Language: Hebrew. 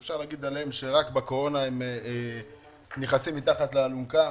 אי אפשר להגיד עליהם שרק בקורונה הם נכנסים מתחת לאלונקה.